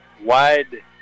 wide